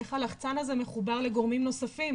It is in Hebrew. איך הלחצן הזה מחובר לגורמים נוספים?